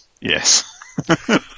Yes